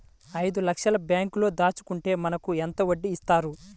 ఐదు లక్షల బ్యాంక్లో దాచుకుంటే మనకు ఎంత వడ్డీ ఇస్తారు?